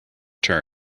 turn